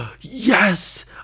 yes